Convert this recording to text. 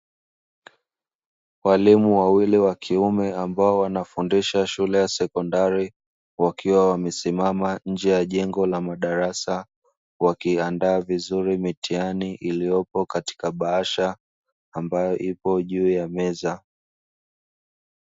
Walimu wawili wa kiume ambao wanafundisha shule ya sekondari wakiwa wamesimama nje ya jengo la madarasa. Wakiandaa vizuri mitihani iliyopo katika bahasha ambayo ipo juu ya meza.